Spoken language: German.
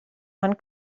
man